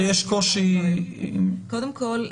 שיש קושי --- קודם כל,